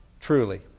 truly